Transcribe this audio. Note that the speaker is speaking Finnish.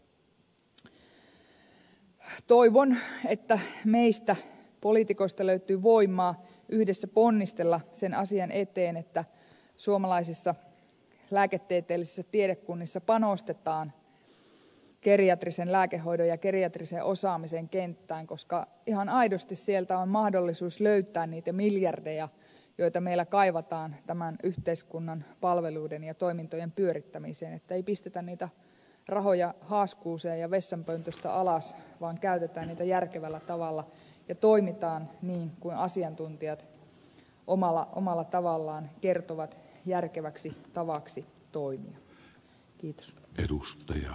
toivon että meistä poliitikoista löytyy voimaa yhdessä ponnistella sen asian eteen että suomalaisissa lääketieteellisissä tiedekunnissa panostetaan geriatrisen lääkehoidon ja geriatrisen osaamisen kenttään koska ihan aidosti sieltä on mahdollisuus löytää niitä miljardeja joita meillä kaivataan tämän yhteiskunnan palveluiden ja toimintojen pyörittämiseen niin että ei pistetä niitä rahoja haaskuuseen ja vessanpöntöstä alas vaan käytetään niitä järkevällä tavalla ja toimitaan niin kuin asiantuntijat omalla tavallaan kertovat järkeväksi tavaksi toimia